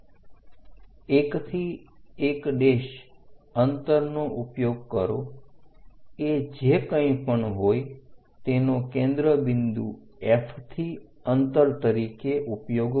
1 થી 1 અંતરનો ઉપયોગ કરો એ જે કંઈપણ હોય તેનો કેન્દ્ર બિંદુ F થી અંતર તરીકે ઉપયોગ કરો